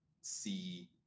see